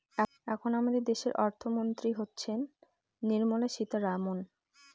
এখন আমাদের দেশের অর্থমন্ত্রী হচ্ছেন নির্মলা সীতারামন